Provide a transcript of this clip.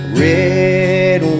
red